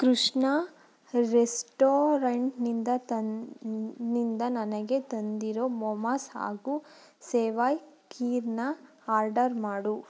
ಕೃಷ್ಣ ರೆಸ್ಟೋರೇಂಟ್ನಿಂದ ತಂದು ನಿಂದ ನನಗೆ ತಂದಿರೋ ಮೋಮಸ್ ಹಾಗೂ ಸೆವಾಯ್ ಕೀರ್ನ ಆರ್ಡರ್ ಮಾಡು